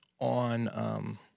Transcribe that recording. on